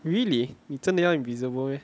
really 你真的要 invisible meh